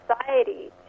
society